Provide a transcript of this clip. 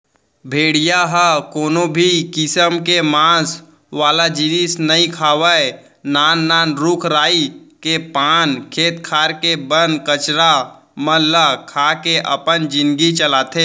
भेड़िया ह कोनो भी किसम के मांस वाला जिनिस नइ खावय नान नान रूख राई के पाना, खेत खार के बन कचरा मन ल खा के अपन जिनगी चलाथे